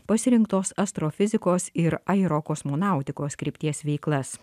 pasirinktos astrofizikos ir aerokosmonautikos krypties veiklas